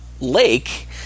lake